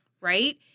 Right